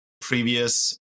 previous